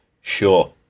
Sure